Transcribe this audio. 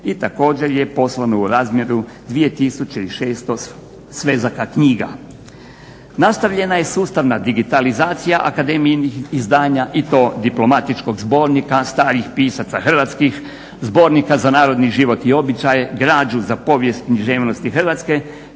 i također je poslano u razmjeru 2600 svezaka knjiga. Nastavljena je sustavna digitalizacija akademijinih izdanja i to diplomatičkog zbornika starih pisaca hrvatskih, zbornika za narodni život i običaje, građu za povijest književnosti Hrvatske